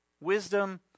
Wisdom